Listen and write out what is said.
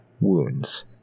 wounds